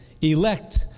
elect